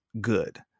Good